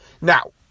Now